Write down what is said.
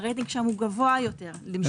הרייטינג שם גבוה יותר.